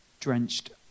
drenched